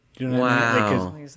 wow